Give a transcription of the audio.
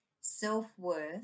self-worth